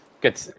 Good